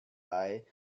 eye